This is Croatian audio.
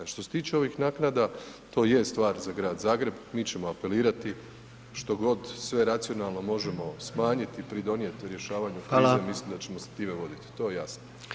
Što se tiče ovih naknada, to je stvar za grad Zagreb, mi ćemo apelirati što god sve racionalno možemo smanjiti, pridonijeti rješavanju krize mislim da ćemo se time voditi, to je jasno.